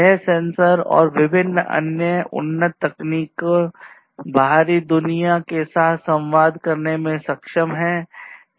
यह सेंसर और विभिन्न अन्य उन्नत तकनीकों बाहरी दुनिया के साथ संवाद करने में सक्षम हैं